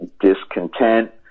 discontent